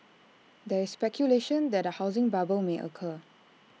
there is speculation that A housing bubble may occur